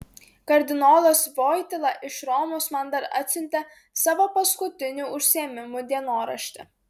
kardinolas voityla iš romos man dar atsiuntė savo paskutinių užsiėmimų dienoraštį